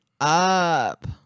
up